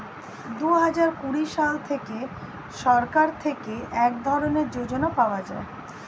দুহাজার কুড়ি সাল থেকে সরকার থেকে এক ধরনের যোজনা পাওয়া যায়